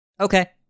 okay